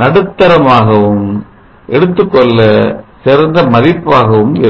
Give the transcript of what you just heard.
நடுத்தரம் ஆகவும் எடுத்துக்கொள்ள சிறந்த மதிப்பு ஆகவும் இருக்கும்